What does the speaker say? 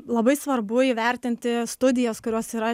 labai svarbu įvertinti studijas kurios yra